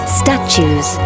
statues